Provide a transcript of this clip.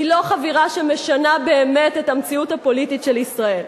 היא לא חבירה שמשנה באמת את המציאות הפוליטית של ישראל,